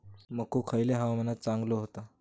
मको खयल्या हवामानात चांगलो होता?